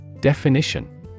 Definition